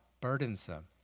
burdensome